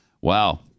Wow